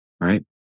right